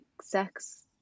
sex